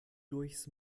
durchs